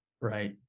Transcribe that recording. Right